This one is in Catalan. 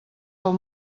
del